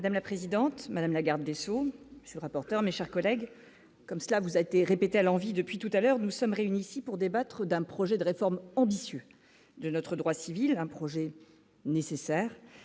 Madame la présidente, madame la garde des Sceaux du rapporteur, mes chers collègues, comme cela vous a été répétée à l'envi depuis tout à l'heure, nous sommes réunis ici pour débattre d'un projet de réformes ambitieux de notre droit civil un projet nécessaire